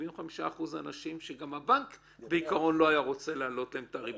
75% אנשים שגם הבנק בעיקרון לא היה רוצה להעלות להם את הריבית,